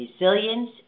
Resilience